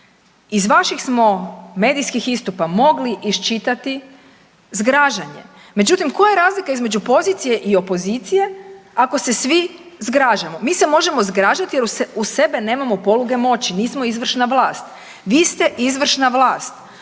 Iz vaših smo medijskih istupa mogli iščitati zgražanje, međutim koja je razlika između pozicije i opozicije ako se svi zgražamo. Mi se možemo zgražati jer uz sebe nemamo poluge moći, nismo izvršna vlast. Vi ste izvršna vlast.